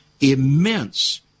immense